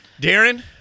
Darren